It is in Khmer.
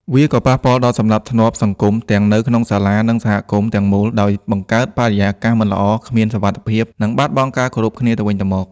វាក៏ ប៉ះពាល់ដល់សណ្តាប់ធ្នាប់សង្គម ទាំងនៅក្នុងសាលា និងសហគមន៍ទាំងមូល ដោយបង្កើតបរិយាកាសមិនល្អ គ្មានសុវត្ថិភាព និងបាត់បង់ការគោរពគ្នាទៅវិញទៅមក។